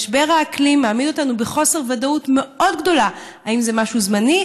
משבר האקלים מעמיד אותנו בחוסר ודאות מאוד גדול: האם זה משהו זמני?